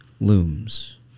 looms